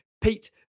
pete